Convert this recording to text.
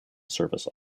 service